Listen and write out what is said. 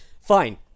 Fine